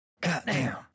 Goddamn